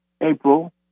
April